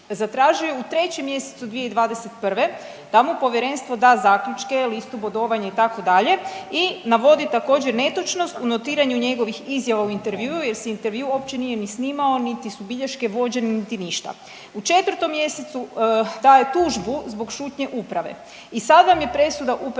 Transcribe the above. u trećem mjesecu 2021. da mu povjerenstvo da zaključke, listu bodovanja itd. i navodi također netočnost u notiranju njegovih izjava u intervjuu jer se intervju uopće nije ni snimao niti su bilješke vođene niti ništa. U četvrtom mjesecu daje tužbu zbog šutnje uprave i sad vam je presuda upravnog